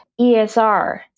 ESR